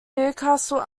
newcastle